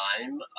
time